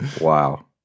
Wow